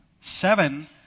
Seven